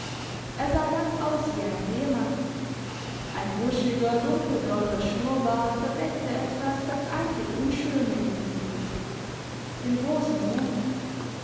er sah ganz aus wie ein seemann ein buschiger dunkelblonder schnurrbart verdeckte etwas das einzig unschöne in diesem gesicht den grossen mund